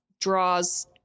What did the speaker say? draws